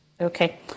Okay